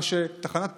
מה שתחנה פרטית,